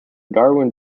darwin